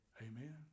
Amen